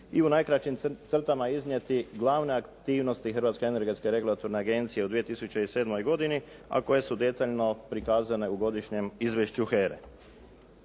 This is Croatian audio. i u najkraćim crtama iznijeti glavne aktivnosti Hrvatske energetske regulatorne agencije u 2007. godini, a koje su detaljno prikazane u godišnjem izvješću HERA-e.